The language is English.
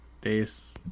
days